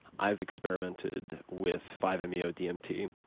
i've experimented with five meo dmt.